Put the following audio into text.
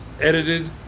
edited